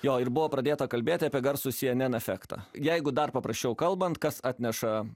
jo ir buvo pradėta kalbėti apie garsų cnn efektą jeigu dar paprasčiau kalbant kas atneša